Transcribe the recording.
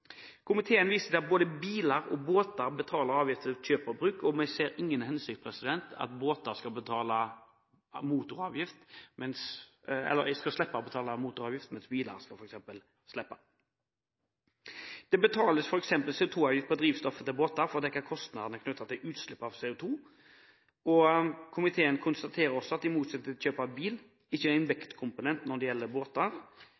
komiteen viser til at både biler og båter betaler avgift ved kjøp og bruk, og ser ingen hensikt med at båter skal slippe å betale motoravgift. Det betales f.eks. CO2-avgift på drivstoff til båter for å dekke kostnadene knyttet til utslipp av CO2. Flertallet i komiteen konstaterer også at det i motsetning til ved kjøp av bil heller ikke er